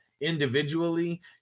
individually